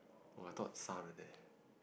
!wah! I thought 杀人: sha ren leh